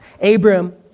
Abram